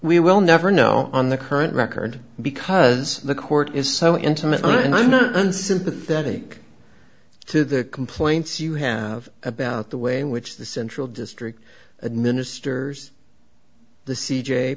we will never know on the current record because the court is so intimately and i'm not unsympathetic to the complaints you have about the way in which the central district administer the c